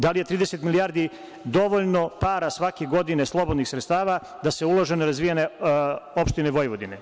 Da li je 30 milijardi dovoljno para svake godine, slobodnih sredstava da se ulaže na razvijene opštine Vojvodine?